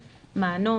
מענו,